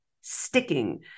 sticking